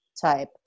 type